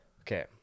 Okay